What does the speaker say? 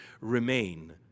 remain